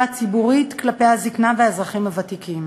הציבורית כלפי הזיקנה והאזרחים הוותיקים.